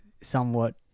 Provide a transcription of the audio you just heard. somewhat